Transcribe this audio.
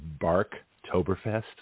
Barktoberfest